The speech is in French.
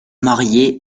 marié